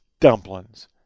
dumplings